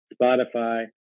Spotify